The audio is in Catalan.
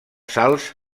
sals